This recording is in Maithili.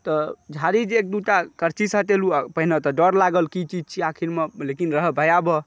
तऽ झाड़ी जे एक दू टा करचीसँ हटेलहुॅं आ पहिने तऽ डर लागल कि की चीज छियै आखिरमे लेकिन रहय भयावह